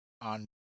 on